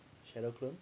shadow clone